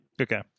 Okay